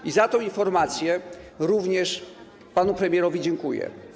I za tę informację również panu premierowi dziękuję.